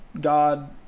God